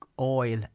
oil